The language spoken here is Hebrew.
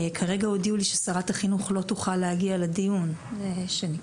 כרגע הודיעו לי ששרת החינוך לא תוכל להגיע לדיון שנקבע,